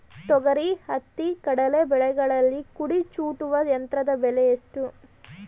ತೊಗರಿ, ಹತ್ತಿ, ಕಡಲೆ ಬೆಳೆಗಳಲ್ಲಿ ಕುಡಿ ಚೂಟುವ ಯಂತ್ರದ ಬೆಲೆ ಎಷ್ಟು?